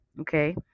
Okay